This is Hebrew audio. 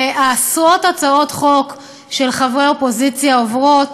עשרות הצעת חוק של חברי אופוזיציה עוברות.